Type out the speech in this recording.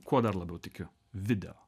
kuo dar labiau tikiu video